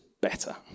better